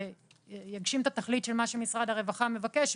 שתגשים את התכלית של מה שמשרד הרווחה מבקש,